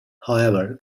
however